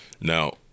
Now